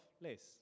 less